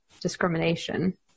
discrimination